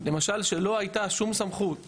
למשל שלא הייתה שום סמכות לגשת,